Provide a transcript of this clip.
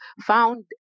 found